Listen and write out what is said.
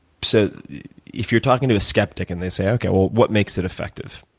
so if you're talking to a skeptic and they say, okay, well, what makes it effective?